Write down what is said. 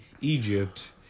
Egypt